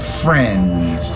friends